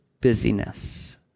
busyness